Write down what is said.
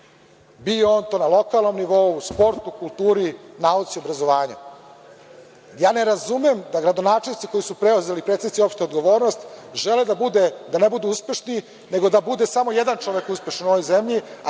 bio on to na lokalnom nivou, u sportu, kulturi, nauci, obrazovanju. Ja ne razumem da gradonačelnici koji su preuzeli, i predsednici, opštu odgovornost žele da ne budu uspešni, nego da bude samo jedan čovek uspešan u ovoj zemlji,